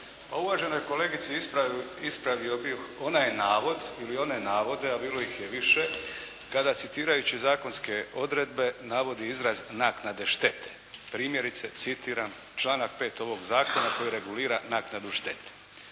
uvaženoj kolegici ispravio bih onaj navod ili one navode, a bilo ih je više kada citirajući zakonske odredbe navodi izraz naknade štete, primjerice, citiram: "…članak 5. ovoga Zakona koji regulira naknadu štete.".